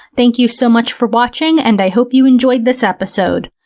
thank you so much for watching and i hope you enjoyed this episode.